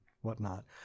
whatnot